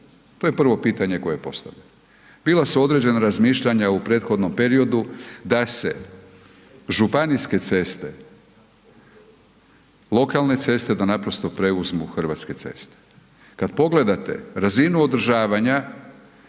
To je prvo pitanje koje postavljam. Bila su određena razmišljanja u prethodnom periodu da se županijske ceste, lokalne ceste da naprosto preuzmu Hrvatske ceste. Kad pogledate razinu održavanja